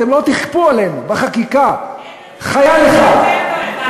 אתם לא תכפו עלינו בחקיקה חייל אחד,